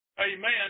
Amen